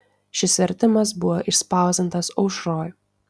šis vertimas buvo išspausdintas aušroj